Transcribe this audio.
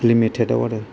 limited आव आरो